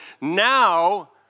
Now